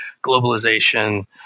globalization